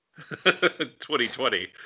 2020